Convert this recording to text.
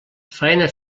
faena